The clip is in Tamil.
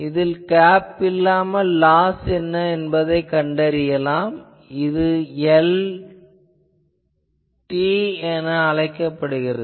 இதிலிருந்து கேப் இல்லாமல் லாஸ் என்ன என்பதைக் கண்டறியலாம் இது Lr என அழைக்கப்படுகிறது